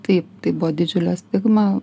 taip tai buvo didžiulė stigma